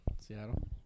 Seattle